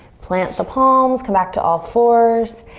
plant the palms, come back to all fours.